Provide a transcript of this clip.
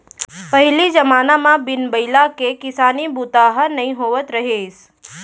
पहिली जमाना म बिन बइला के किसानी बूता ह नइ होवत रहिस